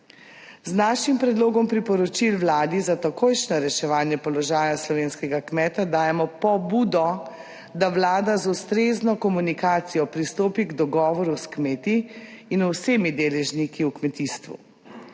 Z našim predlogom priporočil Vladi za takojšnje reševanje položaja slovenskega kmeta dajemo pobudo, da Vlada z ustrezno komunikacijo pristopi k dogovoru s kmeti in vsemi deležniki v kmetijstvu.